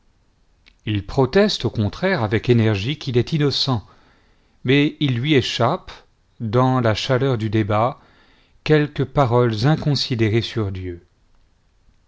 il proteste au contraire avec énergie qu'il est innocent mais il lui échappe dans la chaleur du débat quelques paroles inconsidérées sur dieu